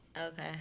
Okay